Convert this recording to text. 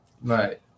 Right